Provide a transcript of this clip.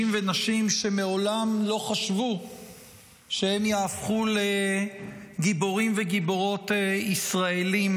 ונשים שמעולם לא חשבו שיהפכו לגיבורים ולגיבורות ישראליים,